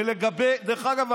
ודרך אגב,